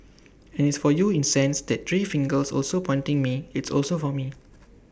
and it's for you in sense that three fingers also pointing me it's also for me